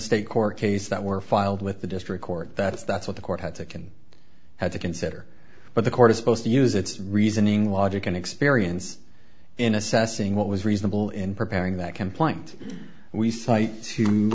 state court case that were filed with the district court that is that's what the court had to can have to consider but the court is supposed to use its reasoning logic and experience in assessing what was reasonable in preparing that complaint we cite